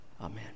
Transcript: Amen